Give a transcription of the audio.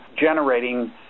generating